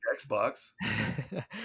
xbox